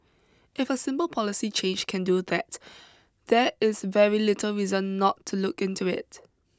if a simple policy change can do that there is very little reason not to look into it